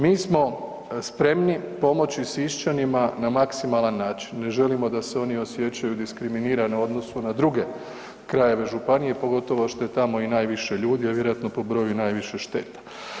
Mi smo spremni pomoći Sisčanima na maksimalan način, ne želimo da se oni osjećaju diskriminirano u odnosu na druge krajeve županije, pogotovo što je tamo i najviše ljudi, a vjerojatno po broju najviše šteta.